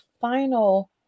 final